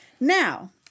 Now